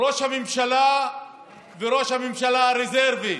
ראש הממשלה וראש הממשלה הרזרבי,